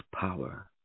power